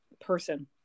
person